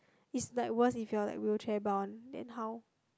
it's like worse if you are like wheelchair bound then how